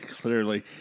Clearly